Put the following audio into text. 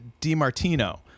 DiMartino